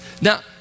Now